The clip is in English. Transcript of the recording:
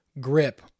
grip